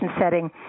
setting